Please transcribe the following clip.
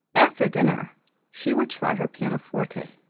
after dinner she would try her piano-forte.